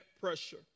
pressure